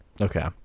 Okay